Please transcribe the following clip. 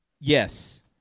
Yes